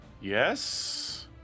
Yes